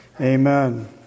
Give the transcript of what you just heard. amen